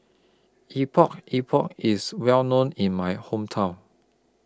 Epok Epok IS Well known in My Hometown